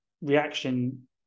reaction